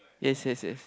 yes yes yes